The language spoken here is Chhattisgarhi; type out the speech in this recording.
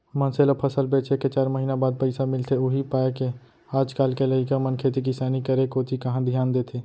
मनसे ल फसल बेचे के चार महिना बाद पइसा मिलथे उही पायके आज काल के लइका मन खेती किसानी करे कोती कहॉं धियान देथे